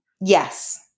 Yes